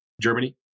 Germany